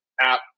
app